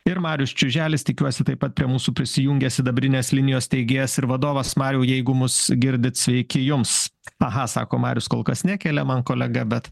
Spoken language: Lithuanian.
ir marius čiuželis tikiuosi taip pat prie mūsų prisijungia sidabrinės linijos steigėjas ir vadovas mariau jeigu mus girdit sveiki jums aha sako marijus kol kas nekelia man kolega bet